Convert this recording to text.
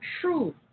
true